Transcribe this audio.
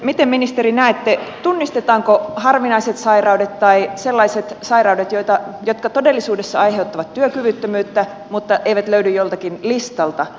miten ministeri näette tunnistetaanko harvinaiset sairaudet tai sellaiset sairaudet jotka todellisuudessa aiheuttavat työkyvyttömyyttä mutta eivät löydy joltakin listalta